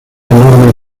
enorme